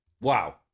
Wow